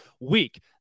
week